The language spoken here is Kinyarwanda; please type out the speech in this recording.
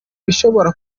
ibishobora